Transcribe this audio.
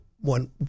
one